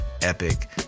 epic